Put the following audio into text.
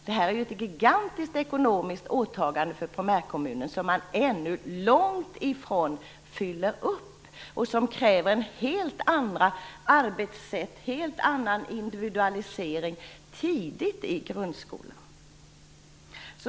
Det är ett gigantiskt ekonomiskt åtagande för primärkommunen, som man ännu långt ifrån fullgör och som kräver helt andra arbetssätt, en helt annan individualisering tidigt i grundskolan.